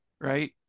right